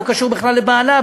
לא קשור בכלל לבעלה,